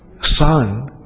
son